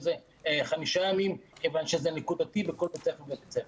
זה חמישה ימים כיוון שזה נקודתי בכל בית ספר ובית ספר.